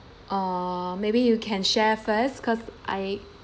uh maybe you can share first because I